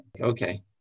Okay